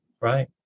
Right